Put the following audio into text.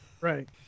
Right